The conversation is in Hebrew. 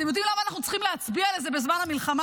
אתם יודעים למה אנחנו צריכים להצביע על זה בזמן המלחמה?